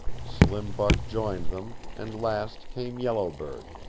slim buck joined them, and last came yellow bird,